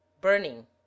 burning